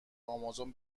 آمازون